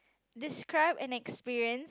describe an experience